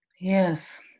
yes